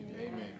Amen